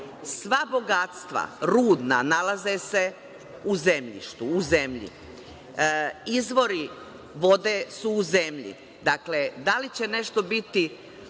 Sva bogatstva, rudna, nalaze se u zemljištu, u zemlji. Izvori vode su u zemlji. Dakle, da li će nešto biti,